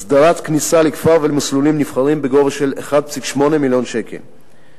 הסדרת הכניסה לכפר ולמסלולים נבחרים בגובה של 1.8 מיליון שקל,